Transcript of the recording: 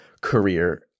career